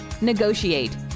negotiate